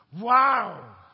Wow